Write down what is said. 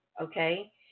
Okay